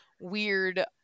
weird